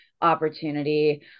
Opportunity